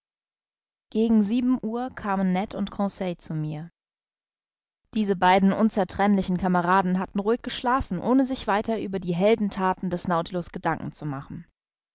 gegen sieben uhr kamen ned und conseil zu mir diese beiden unzertrennlichen kameraden hatten ruhig geschlafen ohne sich weiter über die heldenthaten des nautilus gedanken zu machen